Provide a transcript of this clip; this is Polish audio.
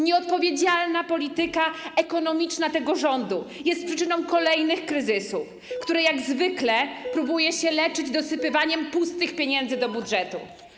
Nieodpowiedzialna polityka ekonomiczna tego rządu jest przyczyną kolejnych kryzysów, które jak zwykle próbuje się leczyć dosypywaniem pustych pieniędzy do budżetu.